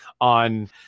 on